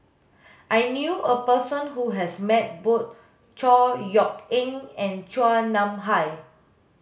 I knew a person who has met both Chor Yeok Eng and Chua Nam Hai